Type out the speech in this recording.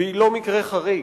והיא לא מקרה חריג.